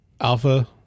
Alpha